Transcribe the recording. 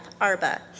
Arba